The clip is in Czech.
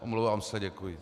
Omlouvám se, děkuji.